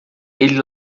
ele